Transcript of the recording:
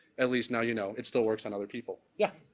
at least now you know, it still works on other people. yeah?